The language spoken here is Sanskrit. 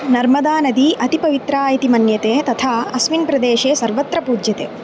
नर्मदा नदी अतिपवित्रा इति मन्यते तथा अस्मिन् प्रदेशे सर्वत्र पूज्यते